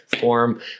form